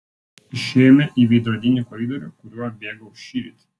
išėjome į veidrodinį koridorių kuriuo bėgau šįryt